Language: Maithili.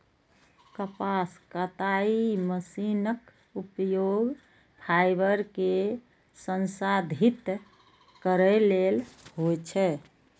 कपास कताइ मशीनक उपयोग फाइबर कें संसाधित करै लेल होइ छै